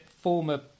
former